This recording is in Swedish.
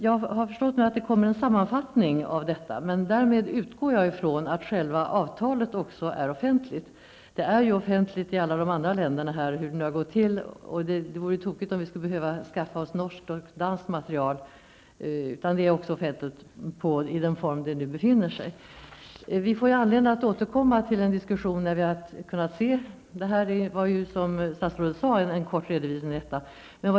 Jag har förstått att det kommer en sammanfattning av detta, och därmed utgår jag från att själva avtalet också är offentligt. Det är ju offentligt i alla de andra länderna, hur det nu har gått till, och det vore tokigt om vi skulle behöva skaffa oss norskt eller danskt material. Jag utgår alltså från att det är offentligt i den form det nu har. Vi får anledning att återkomma till en diskussion kring detta senare. Detta var ju, som statsrådet sade, en kort redovisning.